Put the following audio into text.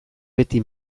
beti